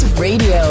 Radio